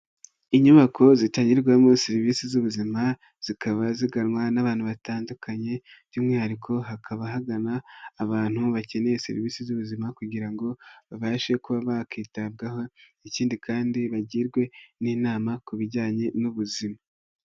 Inyubako zitangirwamo serivisi z'ubuzima zikaba ziganwa n'abantu batandukanye by'umwihariko hakaba hagana abantu bakeneye serivisi z'ubuzima kugira ngo babashe kuba bakitabwaho ikindi kandi bagirwe n'inama ku bijyanye n'ubuzima.